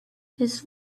his